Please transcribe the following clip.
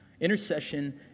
Intercession